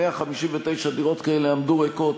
159 דירות כאלה עמדו ריקות,